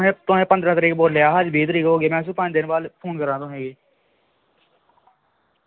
नेंई नेंई तुसें पंदरां तरीके बोलेआ हा अज्ज बीह् तरीक हो गेई ऐ अस पंज दिन बाद फोन करा ने न तुसेंगी